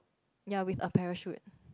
ya with a parachute